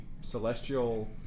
celestial